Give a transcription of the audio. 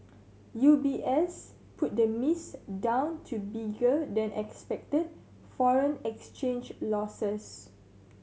U B S put the miss down to bigger than expected foreign exchange losses